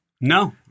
No